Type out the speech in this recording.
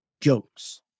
jokes